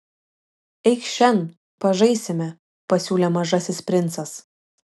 eikš šen pažaisime pasiūlė mažasis princas